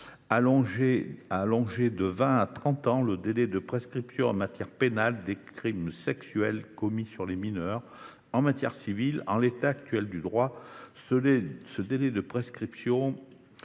allongé de vingt à trente ans le délai de prescription en matière pénale des crimes sexuels commis sur les mineurs. En matière civile, en l’état actuel du droit, le délai de prescription